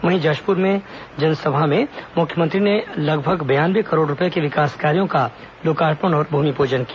वहीं जशपुर में आयोजित आमसभा में मुख्यमंत्री ने लगभग बयानवे करोड़ रूपये के विकास कार्यों का लोकार्पण और भूमिपूजन किया